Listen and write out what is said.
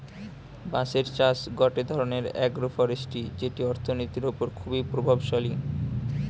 বাঁশের চাষ গটে ধরণের আগ্রোফরেষ্ট্রী যেটি অর্থনীতির ওপর খুবই প্রভাবশালী